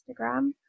instagram